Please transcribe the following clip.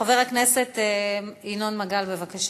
חבר הכנסת ינון מגל, בבקשה.